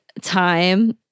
time